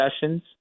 sessions